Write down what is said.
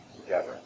together